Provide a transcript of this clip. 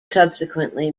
subsequently